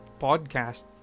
podcast